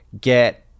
get